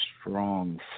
strong